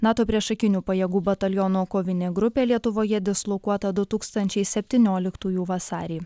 nato priešakinių pajėgų bataliono kovinė grupė lietuvoje dislokuota du tūkstančiai septynioliktųjų vasarį